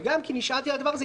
וגם כי נשאלתי על הדבר הזה.